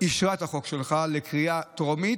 שאישרה את החוק שלך לקריאה טרומית.